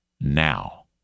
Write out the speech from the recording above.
now